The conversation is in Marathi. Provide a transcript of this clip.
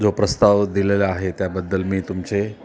जो प्रस्ताव दिलेला आहे त्याबद्दल मी तुमचे